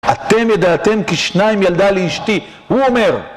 אתם ידעתם כי שניים ילדה לי אשתי, הוא אומר.